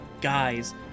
guys